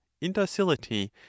indocility